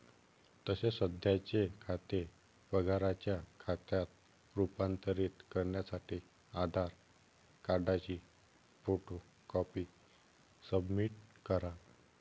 तसेच सध्याचे खाते पगाराच्या खात्यात रूपांतरित करण्यासाठी आधार कार्डची फोटो कॉपी सबमिट करा